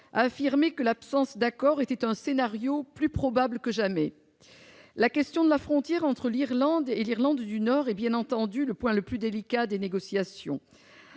a affirmé que l'absence d'accord était un scénario plus probable que jamais. La question de la frontière entre l'Irlande et l'Irlande du Nord est bien entendu le point le plus délicat des négociations.